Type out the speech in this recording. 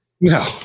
no